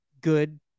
good